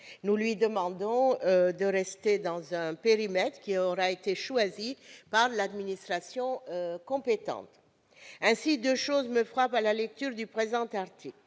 nous lui demandons de rester dans un périmètre qui aura été choisi par l'administration compétente. Ainsi, deux points me frappent à la lecture de cet article.